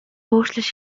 өөрчлөлт